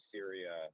Syria